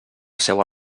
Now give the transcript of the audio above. seua